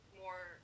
more